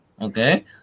okay